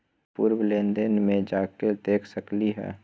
पूर्व लेन देन में जाके देखसकली ह?